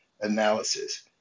analysis